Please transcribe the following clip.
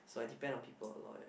so I depend on people a lot